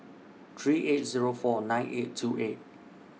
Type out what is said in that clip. three eight Zero four nine eight two eight